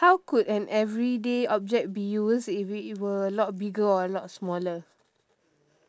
how could an everyday object be use if it were a lot bigger or a lot smaller